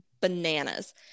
bananas